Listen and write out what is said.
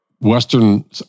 western